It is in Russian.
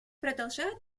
продолжают